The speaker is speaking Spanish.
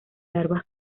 larvas